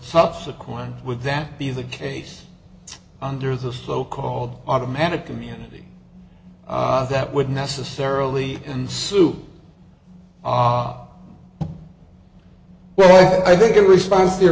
subsequent would that be the case under the so called automatic community that would necessarily and sue ah well i think in response to your